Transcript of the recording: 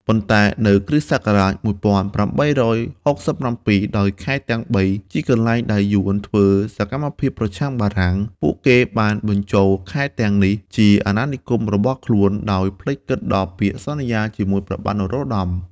ប៉ុន្តែនៅគ.ស. ១៨៦៧ ដោយខេត្តទាំងបីជាកន្លែងដែលយួនធ្វើសកម្មភាពប្រឆាំងបារាំង ពួកគេបានបញ្ចូលខេត្តទាំងនេះជាអាណានិគមរបស់ខ្លួន ដោយភ្លេចគិតដល់ពាក្យសន្យាជាមួយព្រះបាទនរោត្តម។